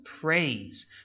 praise